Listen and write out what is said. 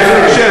ובאיזה הקשר.